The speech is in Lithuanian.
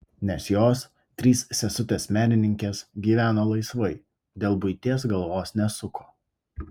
nes jos trys sesutės menininkės gyveno laisvai dėl buities galvos nesuko